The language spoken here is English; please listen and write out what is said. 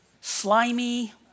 Slimy